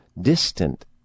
distant